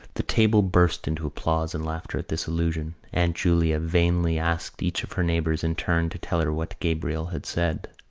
the table burst into applause and laughter at this allusion. aunt julia vainly asked each of her neighbours in turn to tell her what gabriel had said.